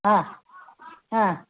हा हा